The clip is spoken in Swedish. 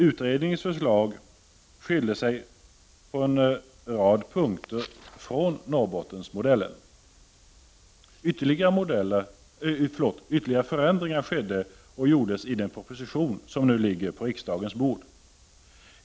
Utredningens förslag skilde sig på en rad punkter från Norrbottensmodellen. Ytterligare förändringar har gjorts i den proposition som nu ligger på riksdagens bord.